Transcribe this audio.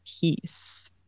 peace